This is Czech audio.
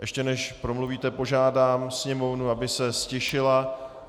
Ještě než promluvíte, požádám Sněmovnu, aby se ztišila.